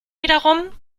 wiederum